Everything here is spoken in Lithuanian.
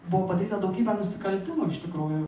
buvo padaryta daugybė nusikaltimų iš tikrųjų